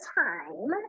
time